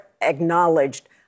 acknowledged